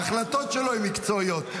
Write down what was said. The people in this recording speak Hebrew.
ההחלטות שלו הן מקצועיות.